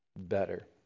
better